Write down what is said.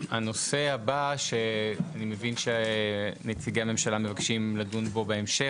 הנושא הבא שנציגי הממשלה מבקשים לדון בו בהמשך,